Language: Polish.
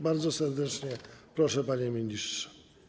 Bardzo serdecznie proszę, panie ministrze.